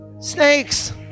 Snakes